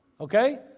Okay